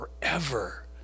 forever